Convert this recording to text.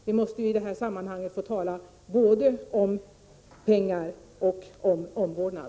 Vi måste i detta sammanhang få tala om både pengar och omvårdnad.